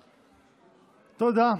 תודה.